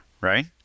right